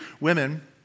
women